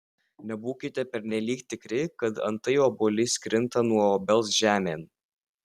nebūkite pernelyg tikri kad antai obuolys krinta nuo obels žemėn